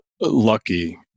lucky